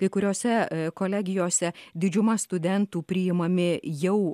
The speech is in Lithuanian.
kai kuriose kolegijose didžiuma studentų priimami jau